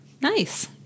Nice